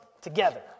together